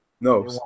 No